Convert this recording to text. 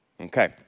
Okay